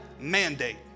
mandate